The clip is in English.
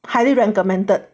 highly recommended